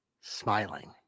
smiling